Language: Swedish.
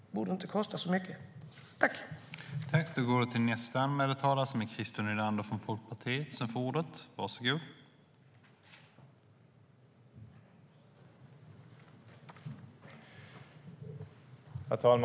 Det borde inte kosta så mycket.